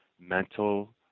mental